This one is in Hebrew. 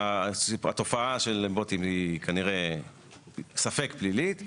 שהתופעה של בוטים היא כנראה ספק פלילית.